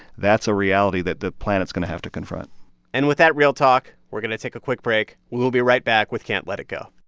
that's a reality that the planet's going to have to confront and with that real talk, we're going to take a quick break. we'll we'll be right back with can't let it go